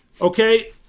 Okay